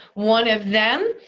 one of them.